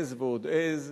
עז ועוד עז.